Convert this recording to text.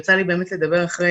יצא לי באמת לדבר אחרי